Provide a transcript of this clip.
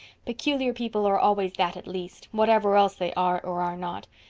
peculiar people are always that at least, whatever else they are or are not.